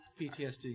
PTSD